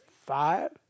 Five